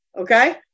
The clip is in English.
okay